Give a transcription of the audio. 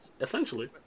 Essentially